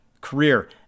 career